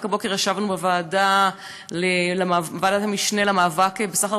רק הבוקר ישבנו בוועדת המשנה למאבק בסחר